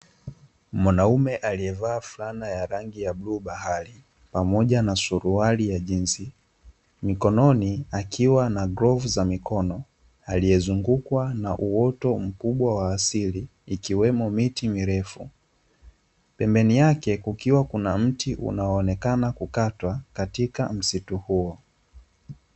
Mwanaume aliyevaa fulana ya rangi ya bluu bahari, pamoja na suruali ya jinzi, mikononi akiwa na glavu za mikono, aliyezungukwa na uoto mkubwa wa asili, ikiwemo miti mirefu. Pembeni yake kukiwa kuna mti unaoonekana kukatwa katika msitu huo.